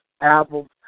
albums